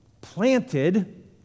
planted